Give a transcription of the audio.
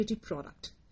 product